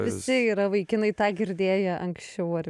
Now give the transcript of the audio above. visi yra vaikinai tą girdėję anksčiau ar